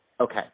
Okay